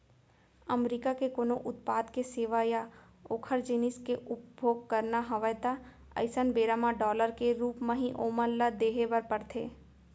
अमरीका के कोनो उत्पाद के सेवा या ओखर जिनिस के उपभोग करना हवय ता अइसन बेरा म डॉलर के रुप म ही ओमन ल देहे बर परथे